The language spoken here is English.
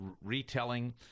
retelling